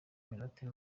iminota